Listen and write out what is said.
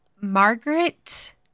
Margaret